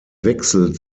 wechsel